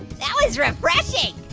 that was refreshing.